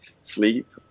sleep